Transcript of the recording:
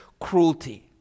cruelty